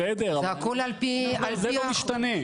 בסדר, אבל --- זה הכל על פי --- זה לא משתנה.